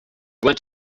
went